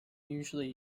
usually